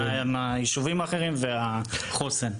מהיישובים האחרים וחוסן.